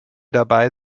dabei